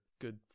good